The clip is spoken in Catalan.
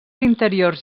interiors